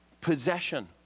possession